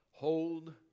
Hold